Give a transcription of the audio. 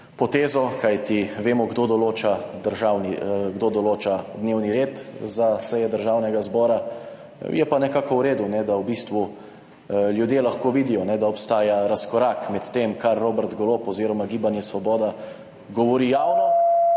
potezo, kajti vemo, kdo določa dnevni red za seje Državnega zbora. Je pa nekako v redu, da lahko v bistvu ljudje vidijo, da obstaja razkorak med tem, kar Robert Golob oziroma Gibanje Svoboda govori javno,